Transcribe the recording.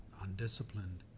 Undisciplined